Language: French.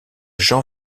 jean